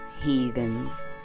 heathens